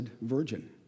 Virgin